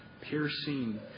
piercing